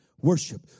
Worship